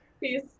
Peace